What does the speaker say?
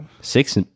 Six